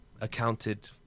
accounted